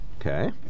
Okay